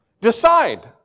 Decide